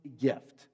gift